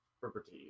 Property